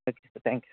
okay sir thank you